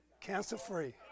Cancer-free